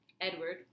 Edward